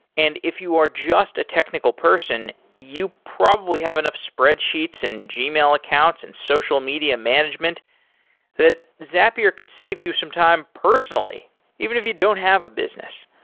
and if you are just a technical person, you probably have enough spreadsheets and gmail accounts and social media management that zapier could save you some time personally even if you don't have a business.